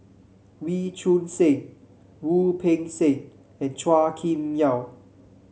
Wee Choon Seng Wu Peng Seng and Chua Kim Yeow